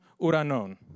uranon